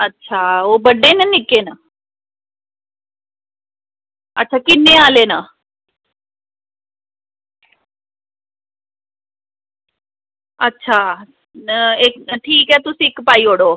अच्छा ओह् बड्डे न निक्के न अच्छा किन्नें आह्ले न अच्छा ठीक ऐ तुस इक पाई ओड़ो